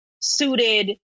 suited